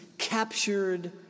captured